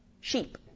sheep